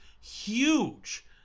huge